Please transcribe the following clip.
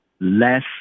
Less